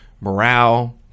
morale